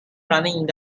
running